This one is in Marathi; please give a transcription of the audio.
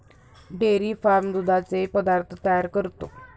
डेअरी फार्म दुधाचे पदार्थ तयार करतो